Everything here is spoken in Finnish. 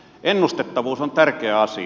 ennustettavuus on tärkeä asia